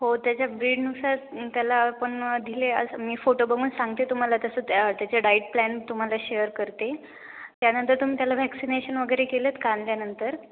हो त्याच्या ब्रीडनुसार त्याला पण दिले असं मी फोटो बघून सांगते तुम्हाला तसं त्या त्याच्या डाएट प्लॅन तुम्हाला शेअर करते त्यानंतर तुम्ही त्याला व्हॅक्सिनेशन वगैरे केलंत का आणल्यानंतर